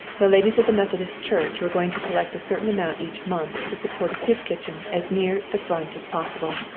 the ladies of the methodist church were going to collect a certain amount each month to support a soup kitchen as near the front as possible.